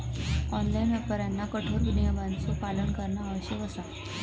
online व्यापाऱ्यांना कठोर नियमांचो पालन करणा आवश्यक असा